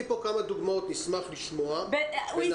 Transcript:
תני פה כמה דוגמאות, נשמח לשמוע, ונעלה את זה.